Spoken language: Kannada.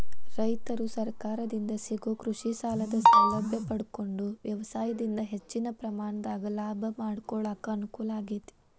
ರೈತರು ಸರಕಾರದಿಂದ ಸಿಗೋ ಕೃಷಿಸಾಲದ ಸೌಲಭ್ಯ ಪಡಕೊಂಡು ವ್ಯವಸಾಯದಿಂದ ಹೆಚ್ಚಿನ ಪ್ರಮಾಣದಾಗ ಲಾಭ ಮಾಡಕೊಳಕ ಅನುಕೂಲ ಆಗೇತಿ